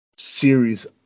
series